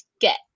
get